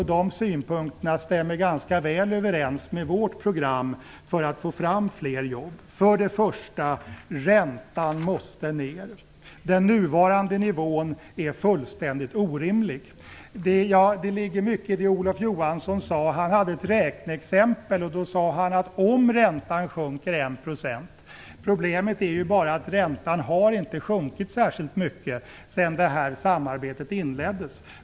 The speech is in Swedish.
De synpunkterna stämmer ganska väl överens med vårt program för att få fram fler jobb. För det första: Räntan måste ner. Den nuvarande nivån är fullständigt orimlig. Det ligger mycket i det Olof Johansson sade. Han hade ett räkneexempel där han sade: om räntan sjunker 1 %. Problemet är bara att räntan inte har sjunkit särskilt mycket sedan samarbetet inleddes.